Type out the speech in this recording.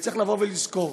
וצריך לבוא ולזכור,